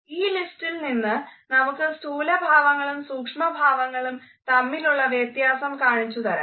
ഈ ലിസ്റ്റിൽനിന്ന് നമുക്ക് സ്ഥൂല ഭാവങ്ങളും സൂക്ഷ്മ ഭാവങ്ങളും തമ്മിലുള്ള വ്യത്യാസം കാണിച്ചു തരുന്നു